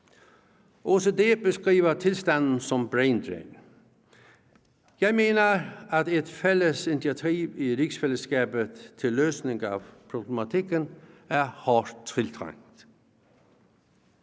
OECD beskriver tilstanden som brain drain. Jeg mener, at et fælles initiativ i rigsfællesskabet til løsning af problematikken er hårdt tiltrængt.